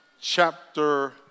chapter